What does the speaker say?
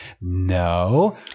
no